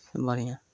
बढ़िआँ